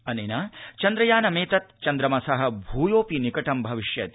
अनेन चन्द्रयानमेतत् चन्द्रमस भूयोऽपि निकटं गमिष्यति